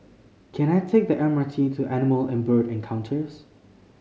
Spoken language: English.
can I take the M R T to Animal and Bird Encounters